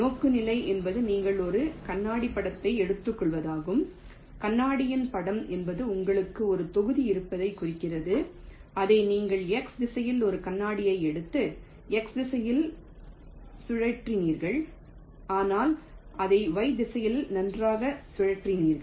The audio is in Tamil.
நோக்குநிலை என்பது நீங்கள் ஒரு கண்ணாடிப் படத்தை எடுத்துக்கொள்வதாகும் கண்ணாடியின் படம் என்பது உங்களுக்கு ஒரு தொகுதி இருப்பதைக் குறிக்கிறது அதை நீங்கள் x திசையில் ஒரு கண்ணாடியை எடுத்து x திசையில் சுழற்றினீர்கள் அல்லது அதை y திசையில் நன்றாக சுழற்றினீர்கள்